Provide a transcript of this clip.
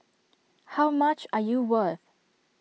how much are you worth